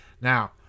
now